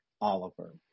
Oliver